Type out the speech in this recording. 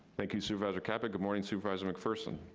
thank you supervisor caput. good morning supervisor mcpherson.